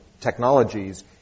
technologies